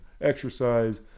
exercise